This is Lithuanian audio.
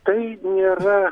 tai nėra